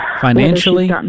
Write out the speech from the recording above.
Financially